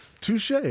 Touche